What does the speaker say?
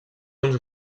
uns